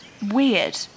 Weird